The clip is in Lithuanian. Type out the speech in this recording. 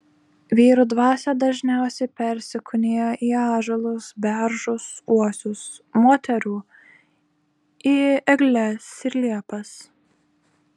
vyrų dvasia dažniausiai persikūnija į ąžuolus beržus uosius moterų į egles ir liepas